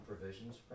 provisions